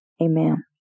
amen